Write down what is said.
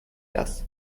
das